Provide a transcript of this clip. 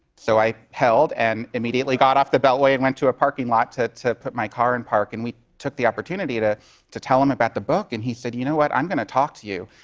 so i held and immediately got off the beltway and went to a parking lot to to put my car in park. and we took the opportunity to to tell him about the book. and he said, you know what? i'm going to talk to you.